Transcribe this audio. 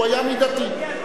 היה מידתי.